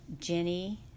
Jenny